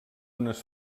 unes